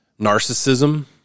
narcissism